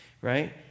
right